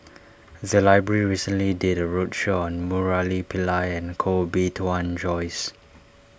the library recently did a roadshow on Murali Pillai and Koh Bee Tuan Joyce